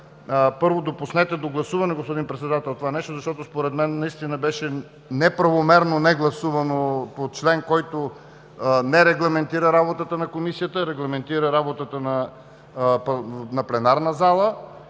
първо, допуснете до гласуване господин Председател, това нещо, защото според мен наистина беше неправомерно негласувано по член, който не регламентира работата на Комисията, регламентира работата на пленарната зала